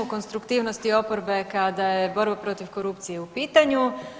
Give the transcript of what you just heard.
Konstruktivnosti oporbe kada je borba protiv korupcije u pitanju.